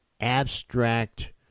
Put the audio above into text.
abstract